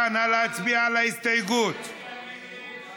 עמר בר-לב, יחיאל חיליק בר,